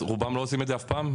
רובם לא עושים את זה אף פעם,